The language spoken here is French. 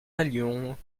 allions